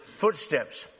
footsteps